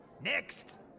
Next